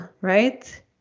right